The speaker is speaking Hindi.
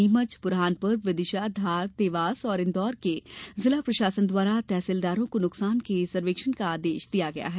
नीमच बुरहानपुर विदिशा धार देवास और इन्दौर के जिला प्रशासन द्वारा तहसीलदारों को नुकसान के सर्वेक्षण का आदेश दिया गया है